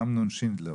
אמנון שינדלר,